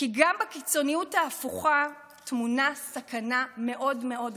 כי גם בקיצוניות ההפוכה טמונה סכנה מאוד מאוד גדולה.